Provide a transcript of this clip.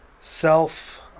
self